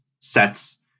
sets